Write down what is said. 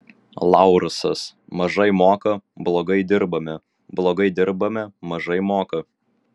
laursas mažai moka blogai dirbame blogai dirbame mažai moka